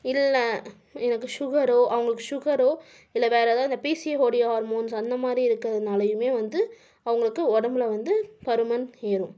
இல்லை எனக்கு சுகரோ அவங்களுக்கு சுகரோ இல்லை வேற ஏதோ அந்த பிசிஓடி ஹார்மோன்ஸ் அந்த மாதிரி இருக்குறதுனாலேயுமே வந்து அவங்களுக்கு உடம்புல வந்து பருமன் ஏறும்